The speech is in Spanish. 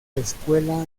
escuela